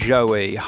Joey